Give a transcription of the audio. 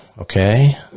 okay